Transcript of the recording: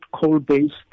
coal-based